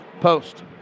post